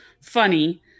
funny